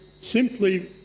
simply